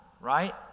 right